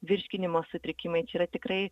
virškinimo sutrikimai čia yra tikrai